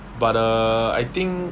but uh I think